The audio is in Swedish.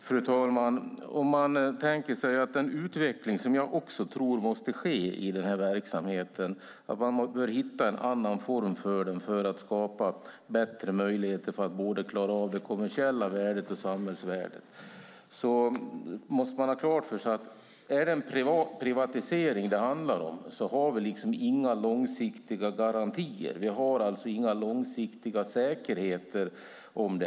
Fru talman! Jag tror också att det måste ske en utveckling i den här verksamheten. Man bör hitta en annan form för den för att skapa bättre möjligheter att klara både det kommersiella värdet och samhällsvärdet. Men man måste ha klart för sig att om det handlar om en privatisering har vi inga långsiktiga garantier. Vi har inga långsiktiga säkerheter.